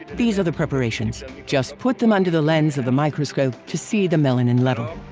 these are the preparations. just put them under the lens of the microscope to see the melanin level.